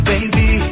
Baby